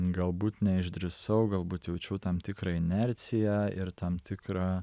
galbūt neišdrįsau galbūt jaučiau tam tikrą inerciją ir tam tikrą